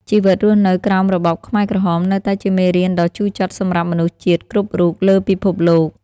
ជីវិតរស់នៅក្រោមរបបខ្មែរក្រហម នៅតែជាមេរៀនដ៏ជូរចត់សម្រាប់មនុស្សជាតិគ្រប់រូបលើពិភពលោក។